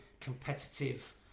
competitive